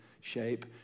shape